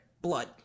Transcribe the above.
Blood